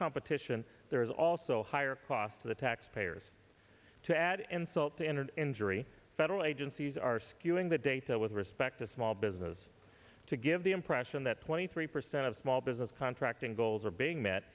competition there is also higher cost to the taxpayers to add insult to enter injury federal agencies are skewing the data with respect to small businesses to give the impression that twenty three percent of small business contracting goals are being met